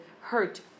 hurt